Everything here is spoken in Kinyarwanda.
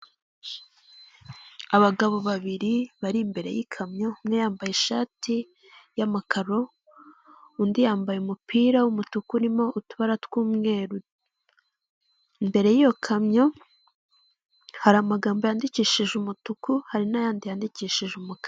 Abagabo babiri bari imbere y'ikamyo umwe yambaye ishati y'amakaro undi yambaye umupira w'umutuku urimo utubara tw'umweru, imbere y'iyo kamyo hari amagambo yandikishije umutuku hari n'ayandi yandikishije umukara.